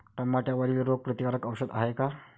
टमाट्यावरील रोग प्रतीकारक औषध हाये का?